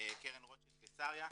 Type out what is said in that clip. קרן רוטשילד קיסריה,